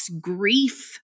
grief